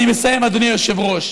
אני מסיים, אדוני היושב-ראש.